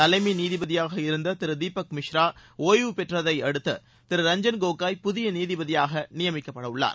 தலைமை நீதிபதியாக இருந்த திரு தீபக் மிஸ்ரா ஓய்வு பெற்றதையடுத்து திரு ரஞ்சன் கோகாய் புதிய நீதிபதியாக நியமிக்கப்பட்டுள்ளார்